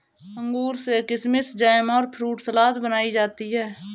अंगूर से किशमिस जैम और फ्रूट सलाद बनाई जाती है